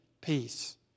peace